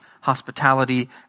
hospitality